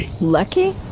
Lucky